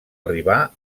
arribar